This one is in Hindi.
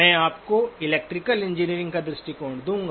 मैं आपको इलेक्ट्रिकल इंजीनियरिंग का दृष्टिकोण दूंगा